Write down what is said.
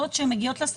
זה לא שונה.